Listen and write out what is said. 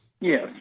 Yes